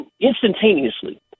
instantaneously